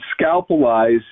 scalpelize